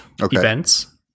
events